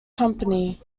company